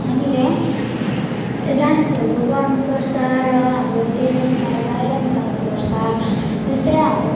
हामीले डान्सहरू गर्नु पर्छ र हाम्रो ट्यालेन्टलाई बाहिर निकाल्नु पर्छ यस्तै हामी